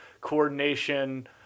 coordination